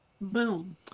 Boom